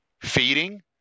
feeding